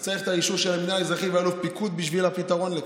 אז צריך את האישור של המינהל האזרחי ואלוף הפיקוד בשביל הפתרון לכך,